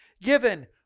Given